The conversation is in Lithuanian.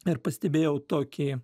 ir pastebėjau tokį